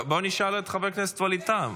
בואי נשאל את חבר הכנסת ווליד טאהא.